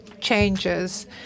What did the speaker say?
changes